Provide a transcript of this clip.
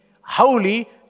holy